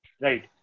right